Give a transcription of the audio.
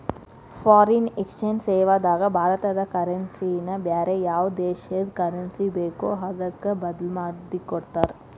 foreign exchange ಸೇವಾದಾಗ ಭಾರತದ currency ನ ಬ್ಯಾರೆ ಯಾವ್ ದೇಶದ್ ಕರೆನ್ಸಿ ಬೇಕೊ ಅದಕ್ಕ ಬದ್ಲಿಮಾದಿಕೊಡ್ತಾರ್